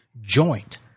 joint